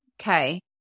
Okay